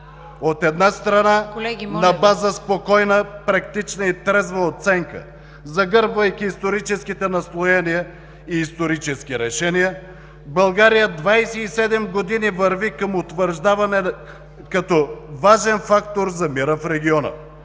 КАРАДАЙЪ: …на база спокойна, практична и трезва оценка, загърбвайки историческите наслоения и исторически решения, България 27 години върви към утвърждаване като важен фактор за мира в региона.